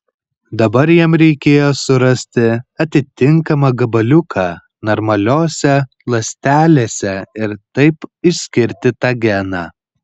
dabar jam reikėjo surasti atitinkamą gabaliuką normaliose ląstelėse ir taip išskirti tą geną